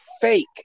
fake